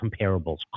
comparables